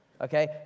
okay